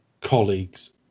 colleagues